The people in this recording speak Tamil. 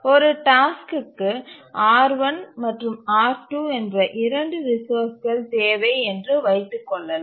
ஒரு டாஸ்க்க்கு R1 மற்றும் R2 என்ற இரண்டு ரிசோர்ஸ்கள் தேவை என்று வைத்து கொள்ளலாம்